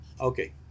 Okay